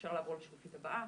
אפשר לעבור לשקופית הבאה.